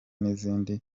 n’izindi